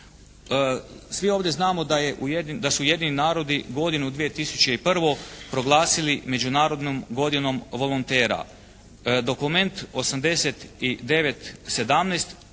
Svi ovdje znamo da je, da su Ujedinjeni narodi godinu 2001. proglasili Međunarodnom godinom volontera. Dokument 89/17